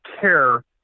care